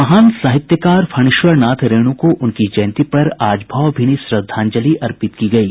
महान साहित्यकार फणीश्वर नाथ रेणु को उनकी जयंती पर आज भावभीनी श्रद्धांजलि अर्पित की गयी